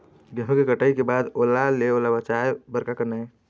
गेहूं के कटाई के बाद ओल ले ओला बचाए बर का करना ये?